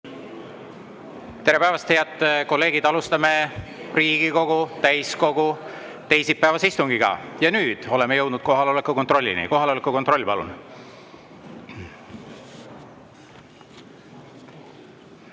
Tere päevast, head kolleegid! Alustame Riigikogu täiskogu teisipäevast istungit. Nüüd oleme jõudnud kohaloleku kontrollini. Kohaloleku kontroll, palun!